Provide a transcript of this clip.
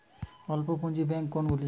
অল্প পুঁজি ব্যাঙ্ক কোনগুলি?